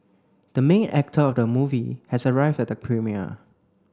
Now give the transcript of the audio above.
the main actor of the movie has arrived at the premiere